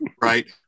right